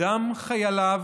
ובדם חייליו